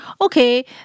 okay